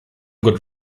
good